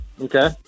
okay